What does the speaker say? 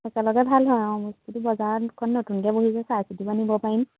একেলগে ভাল হয় অঁ বস্তুটো বজাৰত নতুনকে বহিছে চাই চিতি আনিব পাৰিম